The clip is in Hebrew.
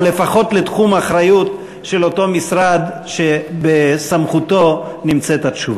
או לפחות לתחום האחריות של אותו משרד שבסמכותו נמצאת התשובה.